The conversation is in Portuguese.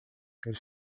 eles